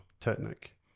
Technic